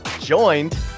joined